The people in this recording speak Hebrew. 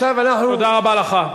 תודה רבה לך.